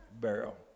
barrel